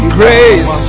grace